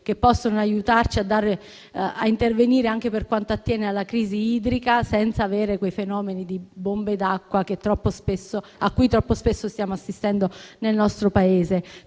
che possono aiutarci a intervenire anche per quanto attiene alla crisi idrica senza avere quei fenomeni di bombe d'acqua a cui troppo spesso stiamo assistendo nel nostro Paese.